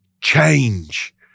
change